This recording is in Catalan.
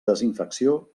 desinfecció